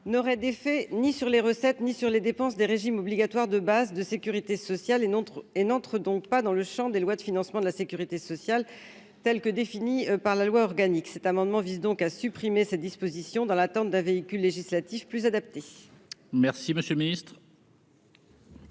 n'aurait d'effet ni sur les recettes, ni sur les dépenses des régimes obligatoires de base de sécurité sociale et notre et n'entrent donc pas dans le Champ des lois de financement de la Sécurité sociale, telle que définie par la loi organique, cet amendement vise donc à supprimer cette disposition dans l'attente d'un véhicule législatif plus adapté. Merci, monsieur le Ministre.